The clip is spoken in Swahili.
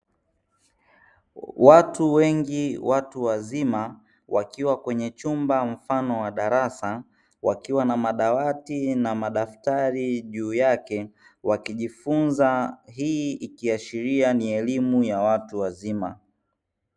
Watu wengi watu wazima wakiwa kwenye chumba mfano wa darasa wakiwa na madawati na madaftari juu yake wakijifunza, hii ikiashiria ni elimu ya watu wazima.